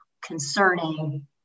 concerning